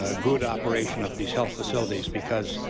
ah good operation of these health facilities because